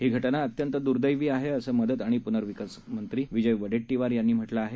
ही घटना अंत्यंत दुर्दैवी आहे असं मदत आणि पुनर्विकासमंत्री विजय वडेट्टीवार यांनी म्हटलं आहे